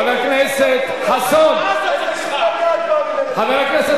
ההצעה הזאת זה משחק, חבר הכנסת